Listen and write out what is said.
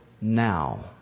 now